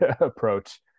approach